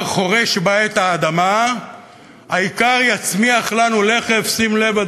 חורש בה / את האדמה --- האיכר יצמיח לנו לחם" שים לב,